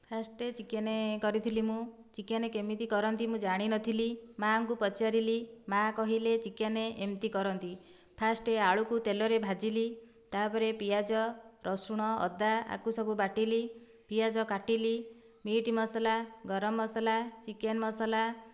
first chicken କରିଥିଲି ମୁଁ chicken କେମିତି କରନ୍ତି ମୁଁ ଜାଣି ନଥିଲି ମା'ଙ୍କୁ ପଚାରିଲି ମା' କହିଲେ ଚିକେନ୍ ଏମିତି କରନ୍ତି ଫାଷ୍ଟ ଆଳୁକୁ ତେଲରେ ଭାଜିଲି ତା'ପରେ ପିଆଜ ରସୁଣ ଅଦା ଆକୁ ସବୁ ବାଟିଲି ପିଆଜ କାଟିଲି ମିଟ୍ ମସଲା ଗରମ ମସଲା ଚିକେନ୍ ମସଲା